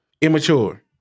Immature